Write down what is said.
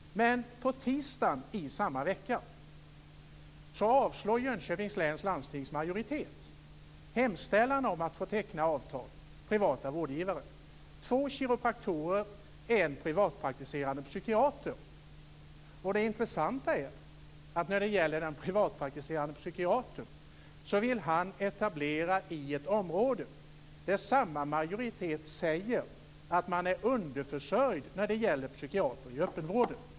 På tisdagen i samma vecka avslog Jönköpings läns landstings majoritet en hemställan om att få teckna avtal med privata vårdgivare - med två kiropraktorer och en privatpraktiserande psykiater. Det intressanta är att den privatpraktiserande psykiatern vill etablera sig i ett område där samma majoritet säger att man är underförsörjd när det gäller psykiatrer i öppenvården.